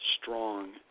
strong